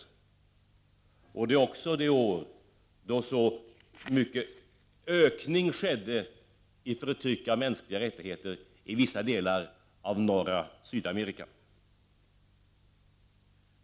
Det här året är också det år då en mycket stor ökning har skett av förtrycket av mänskliga rättigheter i vissa delar av norra Sydamerika.